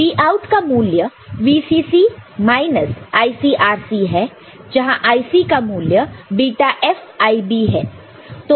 Vout का मूल्य VCC minus ICRC है जहां IC का मूल्य βFIB है